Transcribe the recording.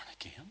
again